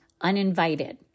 uninvited